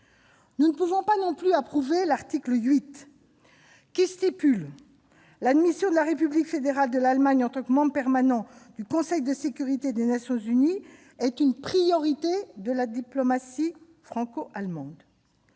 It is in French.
Nous ne pouvons pas approuver non plus l'article 8 qui stipule que « l'admission de la République fédérale de l'Allemagne en tant que membre permanent du Conseil de sécurité des Nations unies est une priorité de la diplomatie franco-allemande.